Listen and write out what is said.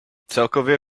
celkově